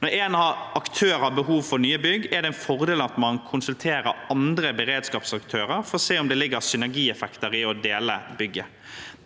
Når en aktør har behov for nye bygg, er det en fordel at man konsulterer andre beredskapsaktører for å se om det ligger synergieffekter i å dele bygget.